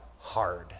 hard